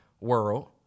world